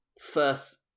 first